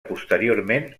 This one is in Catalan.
posteriorment